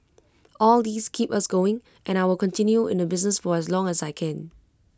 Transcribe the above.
all these keep us going and I will continue in the business for as long as I can